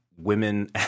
women